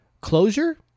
closure